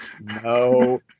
no